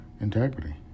integrity